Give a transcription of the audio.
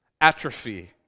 Atrophy